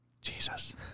Jesus